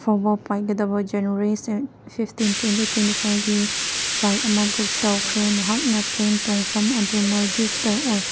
ꯐꯥꯎꯕ ꯄꯥꯏꯒꯗꯕ January fifteen twenty twenty ꯐꯣꯔꯒꯤ ꯐ꯭ꯂꯥꯏꯠ ꯑꯃ ꯕꯨꯛ ꯇꯧꯈ꯭ꯔꯦ ꯅꯍꯥꯛ ꯄ꯭ꯂꯦꯟ ꯇꯣꯡꯐꯝ ꯑꯗꯨ ꯃꯥꯜꯗꯤꯞꯇ ꯑꯣꯔ